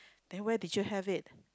then when did you have it